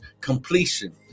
completion